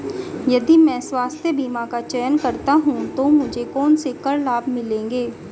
यदि मैं स्वास्थ्य बीमा का चयन करता हूँ तो मुझे कौन से कर लाभ मिलेंगे?